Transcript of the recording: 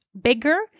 bigger